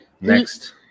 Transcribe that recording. next